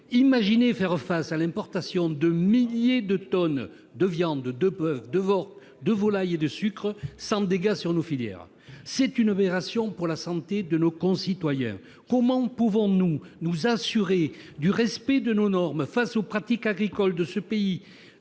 imaginer faire face à l'importation de milliers de tonnes de viande de boeuf, de porc, de volaille et de sucre sans dégâts sur nos filières ? C'est aussi une aberration pour la santé de nos concitoyens. Comment pouvons-nous nous assurer du respect de nos normes face aux pratiques agricoles de ces pays-